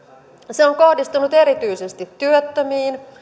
se on kohdistunut erityisesti työttömiin